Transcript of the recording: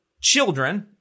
children